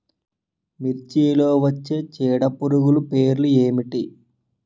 మిర్చిలో వచ్చే చీడపురుగులు పేర్లు ఏమిటి?